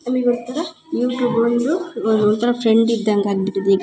ನಮಗ್ ಒಂಥರ ಯೂಟ್ಯೂಬ್ ಒಂದು ಒಂಥರ ಫ್ರೆಂಡ್ ಇದ್ದಗ ಆಗಿ ಬಿಟ್ಟಿದೆ ಈಗ